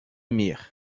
mir